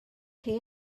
chi